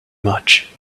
much